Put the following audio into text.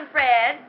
Fred